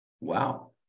Wow